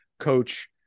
coach